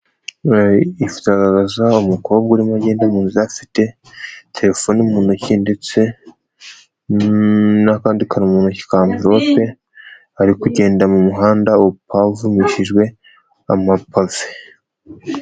Iragaragaza umukobwa urimo agenda munzira afite telefone mu ntoki ndetse n'akandi kantu mu ntoki ka mvirope ari kugenda mu muhanda upavumishijwe amapave.